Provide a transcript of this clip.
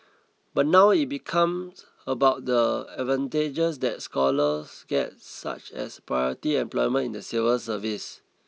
but now it's become about the advantages that scholars get such as priority employment in the civil service